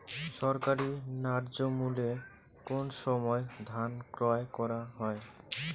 সরকারি ন্যায্য মূল্যে কোন সময় ধান ক্রয় করা হয়?